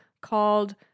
called